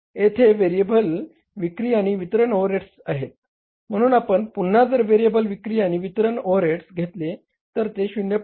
येथे व्हेरिएबल विक्री आणि वितरण ओव्हरहेड्स आहेत म्हणून आपण पुन्हा जर व्हेरिएबल विक्री आणि वितरण ओव्हरहेड घेतले तर ते 0